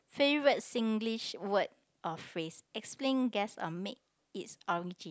favourite Singlish word or phrase explain guess or make its origin